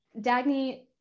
Dagny